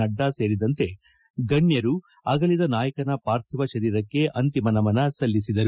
ನಡ್ಡಾ ಸೇರಿದಂತೆ ಗಣ್ಣರು ಅಗಲಿದ ನಾಯಕನ ಪಾರ್ಥಿವ ಶರೀರಕ್ಷೆ ಅಂತಿಮ ನಮನ ಸಲ್ಲಿಸಿದರು